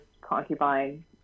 concubine